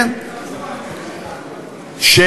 כן,